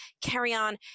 carry-on